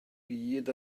byd